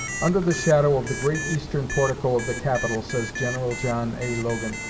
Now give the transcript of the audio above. under the shadow of the great eastern portico of the capitol, says general john a. logan,